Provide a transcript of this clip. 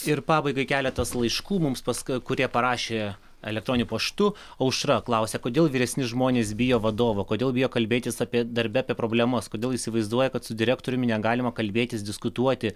ir pabaigai keletas laiškų mums pask kurie parašė elektroniniu paštu aušra klausia kodėl vyresni žmonės bijo vadovo kodėl bijo kalbėtis apie darbe apie problemas kodėl įsivaizduoja kad su direktoriumi negalima kalbėtis diskutuoti